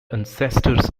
ancestors